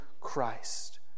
Christ